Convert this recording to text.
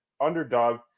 underdog